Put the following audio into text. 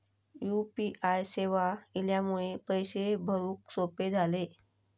U P I सेवा इल्यामुळे पैशे भरुक सोपे झाले